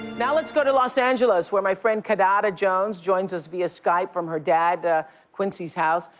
now let's go to los angeles where my friend kidada jones joins us via skype from her dad, ah quincy's, house.